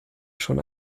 schon